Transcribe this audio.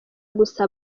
gusa